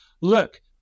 look